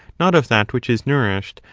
not of that which is nourished,